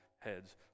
heads